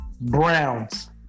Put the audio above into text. Browns